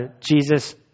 Jesus